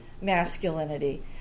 masculinity